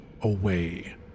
away